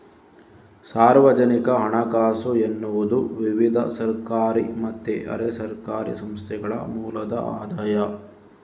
ಸಾರ್ವಜನಿಕ ಹಣಕಾಸು ಎನ್ನುವುದು ವಿವಿಧ ಸರ್ಕಾರಿ ಮತ್ತೆ ಅರೆ ಸರ್ಕಾರಿ ಸಂಸ್ಥೆಗಳ ಮೂಲದ ಆದಾಯ